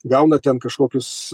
gauna ten kažkokius